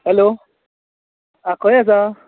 hello आं खंय आसा